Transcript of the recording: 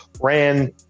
ran